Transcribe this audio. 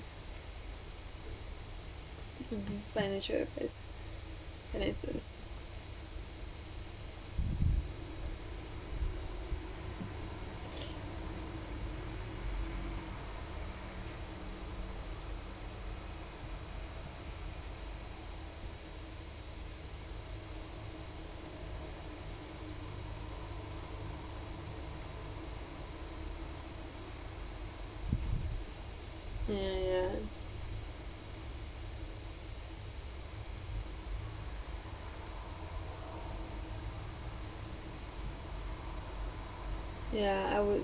financial advice services finances ya ya ya I would